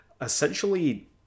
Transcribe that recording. essentially